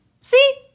See